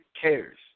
cares